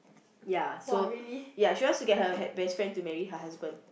ya so ya she wants to get her best friend to marry her husband